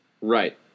Right